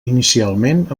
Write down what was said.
inicialment